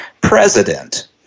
president